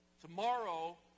Tomorrow